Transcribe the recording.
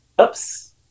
Oops